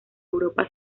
europa